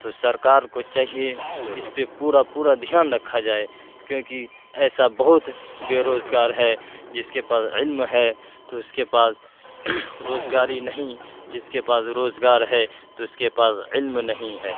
تو سرکار کو چاہیے اس پہ پورا پورا دھیان رکھا جائے کیونکہ ایسا بہت بے روزگار ہے جس کے پاس علم ہے تو اس کے پاس روزگاری نہیں جس کے پاس روزگار ہے تو اس کے پاس علم نہیں ہے